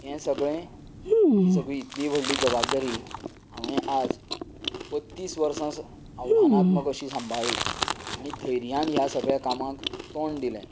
हे सगळें ही सगळी इतली व्हडली जबाबदारी हांवें आयज बत्तीस वर्सां आव्हांनात्मक अशी सांबाळ्ळी आनी धैर्यान ह्या सगळ्यां कामांक तोंड दिलें